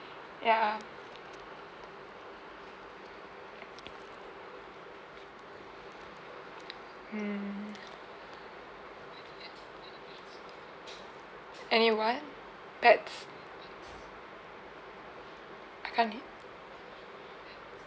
ya hmm any what pets I can't hear